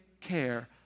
care